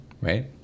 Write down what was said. Right